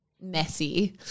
messy